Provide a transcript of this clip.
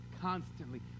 constantly